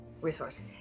resource